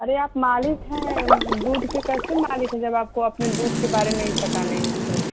अरे आप मालिक हैं दूध के कैसे मालिक हैं जब आपको अपने दूध के बारे में ही पता नहीं है तो